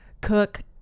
cook